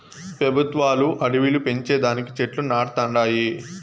పెబుత్వాలు అడివిలు పెంచే దానికి చెట్లు నాటతండాయి